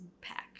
pack